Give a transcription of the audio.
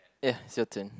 ya it's your turn